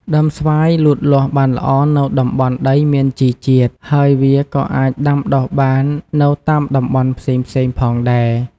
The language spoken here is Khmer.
ដើមស្វាយលូតលាស់បានល្អនៅតំបន់ដីមានជីជាតិ ហើយវាក៏អាចដាំដុះបាននៅតាមតំបន់ផ្សេងៗផងដែរ។